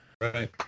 right